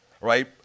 right